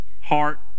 heart